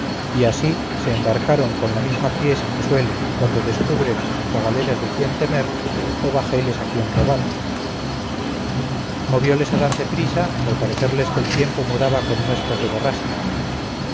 y así se embarcaron con la misma priesa que suelen cuando descubren o galeras de quien temer o bajeles a quien robar movióles a darse priesa por parecerles que el tiempo mudaba con muestras de borrasca